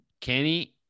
kenny